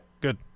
Good